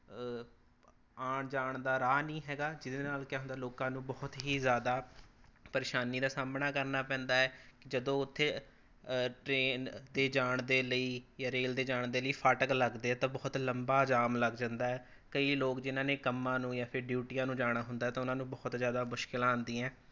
ਆਉਣ ਜਾਣ ਦਾ ਰਾਹ ਨਹੀਂ ਹੈਗਾ ਜਿਹਦੇ ਨਾਲ ਕਿਆ ਹੁੰਦਾ ਲੋਕਾਂ ਨੂੰ ਬਹੁਤ ਹੀ ਜ਼ਿਆਦਾ ਪ੍ਰੇਸ਼ਾਨੀ ਦਾ ਸਾਹਮਣਾ ਕਰਨਾ ਪੈਂਦਾ ਹੈ ਜਦੋਂ ਉੱਥੇ ਟਰੇਨ ਦੇ ਜਾਣ ਦੇ ਲਈ ਜਾਂ ਰੇਲ ਦੇ ਜਾਣ ਦੇ ਲਈ ਫਾਟਕ ਲੱਗਦੇ ਹੈ ਤਾਂ ਬਹੁਤ ਲੰਬਾ ਜਾਮ ਲੱਗ ਜਾਂਦਾ ਹੈ ਕਈ ਲੋਕ ਜਿਨ੍ਹਾਂ ਨੇ ਕੰਮਾਂ ਨੂੰ ਜਾਂ ਫਿਰ ਡਿਊਟੀਆਂ ਨੂੰ ਜਾਣਾ ਹੁੰਦਾ ਤਾਂ ਉਨ੍ਹਾਂ ਨੂੰ ਬਹੁਤ ਜ਼ਿਆਦਾ ਮੁਸ਼ਕਿਲਾਂ ਆਉਂਦੀਆਂ